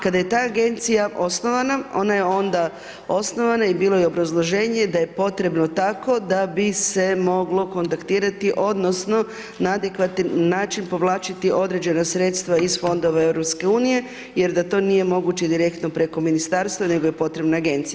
Kada je ta Agencija osnovana ona je onda osnovana i bilo je obrazloženje da je potrebno tako da bi se moglo kontaktirati odnosno na adekvatan način povlačiti određena sredstva iz Fondova EU jer da to nije moguće direktno preko Ministarstva, nego je potrebna Agencija.